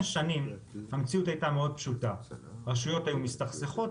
שנים המציאות הייתה מאוד פשוטה: רשויות היו מסתכסכות,